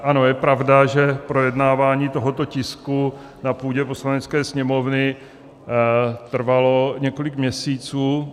Ano, je pravda, že projednávání tohoto tisku na půdě Poslanecké sněmovny trvalo několik měsíců.